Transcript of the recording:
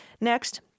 Next